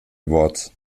awards